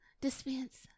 dispense